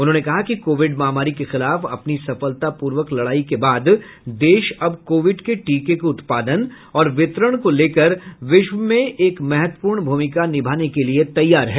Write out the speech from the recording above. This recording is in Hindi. उन्होंने कहा कि कोविड महामारी के खिलाफ अपनी सफलतापूर्वक लड़ाई के बाद देश अब कोविड के टीके के उत्पादन और वितरण को लेकर विश्व में एक महत्वपूर्ण भूमिका निभाने के लिए तैयार है